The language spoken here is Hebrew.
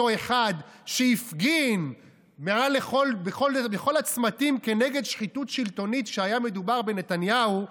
אותו אחד שהפגין בכל הצמתים כנגד שחיתות שלטונית כשהיה מדובר בנתניהו,